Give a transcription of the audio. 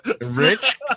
Rich